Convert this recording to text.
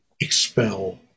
expel